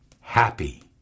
happy